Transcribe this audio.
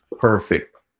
perfect